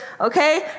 okay